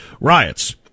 Riots